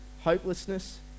hopelessness